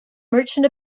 merchant